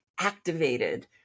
activated